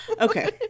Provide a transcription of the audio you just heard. Okay